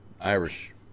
irish